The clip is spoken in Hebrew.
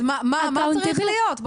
מה צריך להיות?